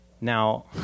Now